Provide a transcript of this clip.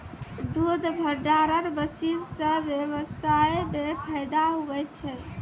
दुध भंडारण मशीन से व्यबसाय मे फैदा हुवै छै